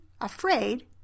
afraid